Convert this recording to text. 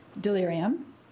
delirium